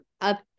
up